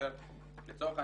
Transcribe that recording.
לצורך העניין,